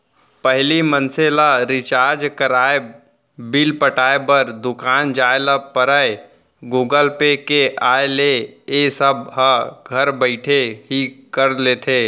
पहिली मनसे ल रिचार्ज कराय, बिल पटाय बर दुकान जाय ल परयए गुगल पे के आय ले ए सब ह घर बइठे ही कर लेथे